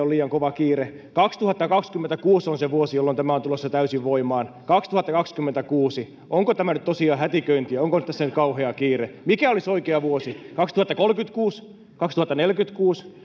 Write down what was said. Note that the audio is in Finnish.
liian kova kiire kaksituhattakaksikymmentäkuusi on se vuosi jolloin tämä on tulossa täysin voimaan kaksituhattakaksikymmentäkuusi onko tämä nyt tosiaan hätiköintiä onko tässä nyt kauhea kiire mikä olisi oikea vuosi kaksituhattakolmekymmentäkuusi kaksituhattaneljäkymmentäkuusi